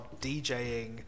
DJing